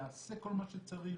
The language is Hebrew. יעשה כל מה שצריך,